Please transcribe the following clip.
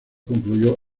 concluyó